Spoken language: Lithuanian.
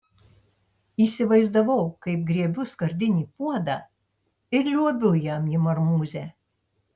įsivaizdavau kaip griebiu skardinį puodą ir liuobiu jam į marmūzę